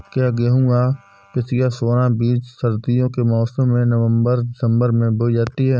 क्या गेहूँ या पिसिया सोना बीज सर्दियों के मौसम में नवम्बर दिसम्बर में बोई जाती है?